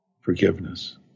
forgiveness